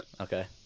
Okay